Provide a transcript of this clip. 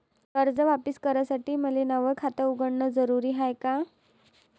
कर्ज वापिस करासाठी मले नव खात उघडन जरुरी हाय का?